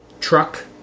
truck